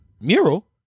mural